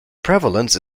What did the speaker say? prevalence